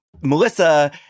Melissa